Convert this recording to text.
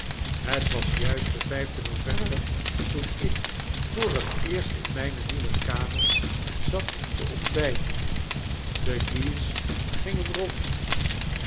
het was juist den vyfden november toen ik voor het eerst in myne nieuwe kamers zat te tfntbijten de guy's x gingen rondenvertoon